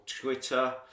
Twitter